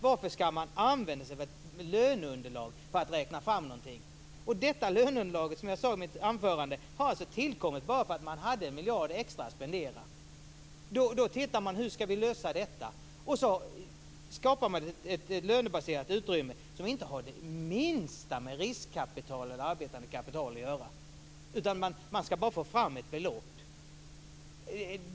Varför skall man använda ett löneunderlag för beräkningen härav? Detta löneunderlag har, som jag sade i mitt anförande, tillkommit bara därför att man hade en miljard extra att spendera. För att lösa detta skapade man ett lönebaserat utrymme som inte har det minsta med riskkapital eller arbetande kapital att göra. Man skulle bara få fram ett belopp.